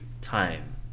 time